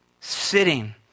sitting